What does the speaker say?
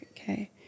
Okay